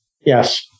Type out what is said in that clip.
Yes